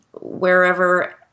wherever